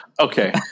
okay